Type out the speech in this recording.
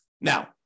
Now